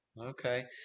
Okay